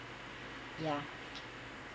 ya